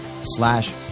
slash